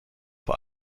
vor